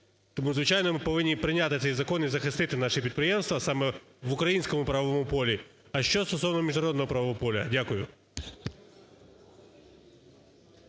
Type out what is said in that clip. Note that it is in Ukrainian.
Тому, звичайно, ми повинні прийняти цей закон і захистити наші підприємства саме в українському правовому полі. А що стосовно міжнародного правового поля? Дякую.